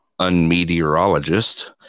unmeteorologist